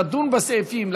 לדון בסעיפים,